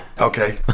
Okay